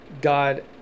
God